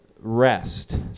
rest